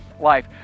life